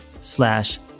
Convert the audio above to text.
slash